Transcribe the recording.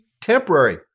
temporary